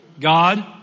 God